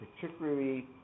particularly